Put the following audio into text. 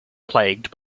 plagued